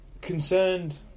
concerned